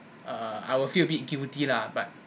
err I will feel a bit guilty lah but